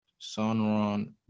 Sunrun